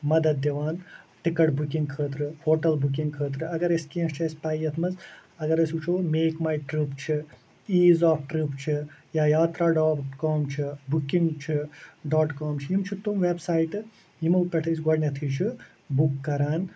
مدد دِوان ticket booking خٲطرٕ ہوٹل بُکِنٛگ خٲطرٕ اگر اَسہِ کیٚنٛہہ چھِ پاے یَتھ منٛز اگر أسۍ وٕچھو میک ماے ٹٕرپ چھِ ایٖز آف ٹٕرپ چھِ یا یاترا ڈاٹ کام چھِ بُکِنٛگ چھِ ڈاٹ کام چھِ یِم چھِ تم وٮ۪ب سیٹہٕ یِمو پٮ۪ٹھ أسۍ گوڈنٮ۪تھٕے چھِ بُک کَران